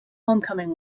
homecoming